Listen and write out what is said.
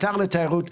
אתר לתיירות,